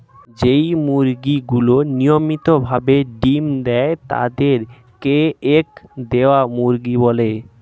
যেই মুরগিগুলি নিয়মিত ভাবে ডিম্ দেয় তাদের কে এগ দেওয়া মুরগি বলে